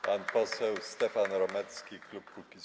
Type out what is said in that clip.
Pan poseł Stefan Romecki, klub Kukiz’15.